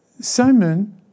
Simon